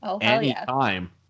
anytime